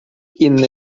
inny